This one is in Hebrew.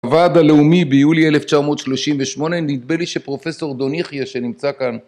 הועד הלאומי ביולי 1938 נדמה לי שפרופסור דון יחיא שנמצא כאן